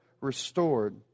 restored